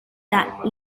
that